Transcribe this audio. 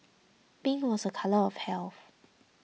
pink was a colour of health